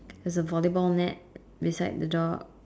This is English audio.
there's a volleyball net beside the dog